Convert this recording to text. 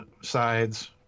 side's